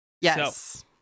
Yes